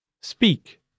Speak